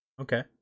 okay